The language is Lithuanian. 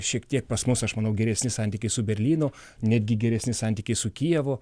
šiek tiek pas mus aš manau geresnis santykis su berlynu netgi geresni santykiai su kijevu